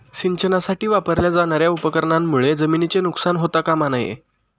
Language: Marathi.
सिंचनासाठी वापरल्या जाणार्या उपकरणांमुळे जमिनीचे नुकसान होता कामा नये